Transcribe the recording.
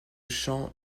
chant